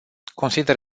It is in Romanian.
consider